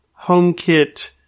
HomeKit